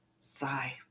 Sigh